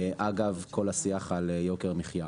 אגב כל השיח על יוקר המחיה.